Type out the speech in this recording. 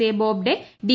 A Bobde D